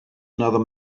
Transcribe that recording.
another